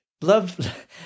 Love